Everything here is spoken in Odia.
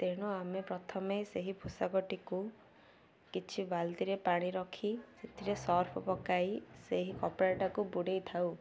ତେଣୁ ଆମେ ପ୍ରଥମେ ସେହି ପୋଷାକଟିକୁ କିଛି ବାଲ୍ତିରେ ପାଣି ରଖି ସେଥିରେ ସର୍ଫ ପକାଇ ସେହି କପଡ଼ାଟାକୁ ବୁଡ଼ାଇଥାଉ